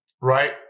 right